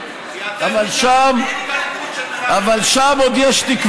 ואתם נשארתם הליכוד של מנחם בגין.